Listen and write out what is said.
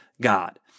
God